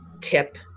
tip